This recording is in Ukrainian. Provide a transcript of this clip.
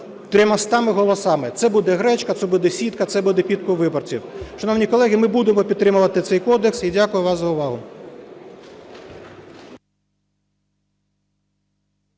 300 голосами. Це буде гречка, це буде сітка, це буде підкуп виборців. Шановні колеги, ми будемо підтримувати цей кодекс, і дякую вам за увагу.